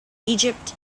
egypt